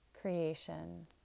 creation